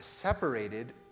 separated